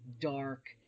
dark